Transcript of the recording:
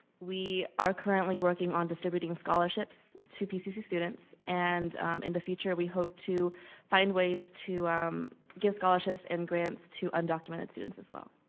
we are currently working on distributing scholarships to pcc students. and in the future we hope to find ways to give scholarships and grants to undocumented students as well.